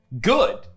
good